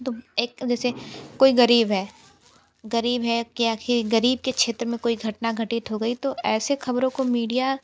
तो एक जैसे कोई ग़रीब है ग़रीब है कि आख़िर ग़रीब के क्षेत्र में कोई घटना घटित हो गई तो ऐसी ख़बरों को मीडिया